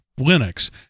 Linux